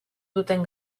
duten